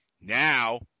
Now